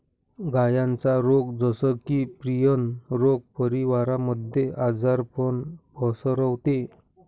गायांचा रोग जस की, प्रियन रोग परिवारामध्ये आजारपण पसरवते